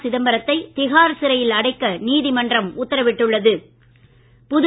சிதம்பரத்தை திஹார் சிறையில் அடைக்க நீதிமன்றம் உத்தரவிட்டுள்ளது